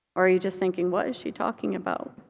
are you just thinking, what is she talking about?